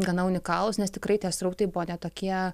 gana unikalūs nes tikrai tie srautai buvo ne tokie